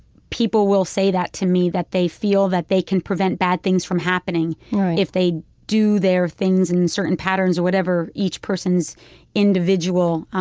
people will say that to me, that they feel they can prevent bad things from happening if they do their things in certain patterns, whatever each person's individual